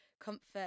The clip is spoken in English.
comfort